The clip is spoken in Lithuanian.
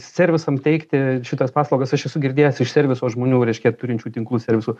servisam teikti šitas paslaugas aš esu girdėjęs iš serviso žmonių reiškia turinčių tinklų servisų